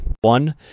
one